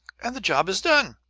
and the job is done!